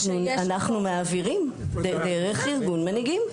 אנחנו מעבירים דרך ארגון מנהיגים.